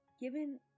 given